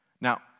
Now